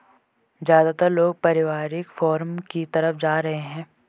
ज्यादातर लोग पारिवारिक फॉर्म की तरफ जा रहै है